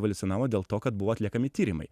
evoliucionavo dėl to kad buvo atliekami tyrimai